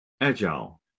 agile